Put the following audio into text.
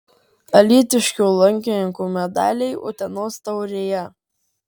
alytiškių lankininkų medaliai utenos taurėje